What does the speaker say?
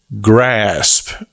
grasp